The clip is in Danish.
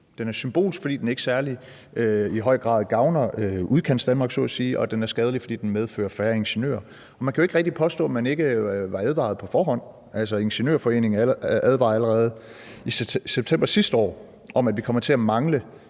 Den er symbolsk, fordi den ikke i særlig høj grad gavner Udkantsdanmark så at sige, og den er skadelig, fordi den medfører færre ingeniører, og man kan jo ikke rigtig påstå, at man ikke var advaret på forhånd. Ingeniørforeningen advarede allerede i september sidste år om, at vi kommer